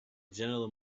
general